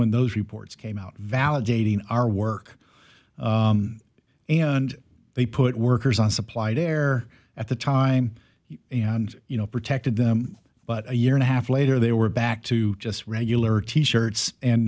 when those reports came out validating our work and they put workers on supplied air at the time and you know protected them but a year and a half later they were back to just regular t shirts and